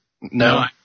No